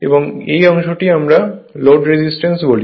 এবং এই অংশটি আমরা লোড রেজিস্ট্যান্স বলি